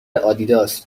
آدیداس